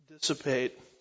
dissipate